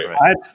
right